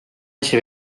asi